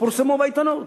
שפורסמו בעיתונות.